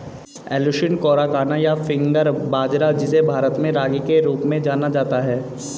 Eleusine coracana, या finger बाजरा, जिसे भारत में रागी के रूप में जाना जाता है